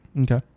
okay